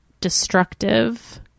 destructive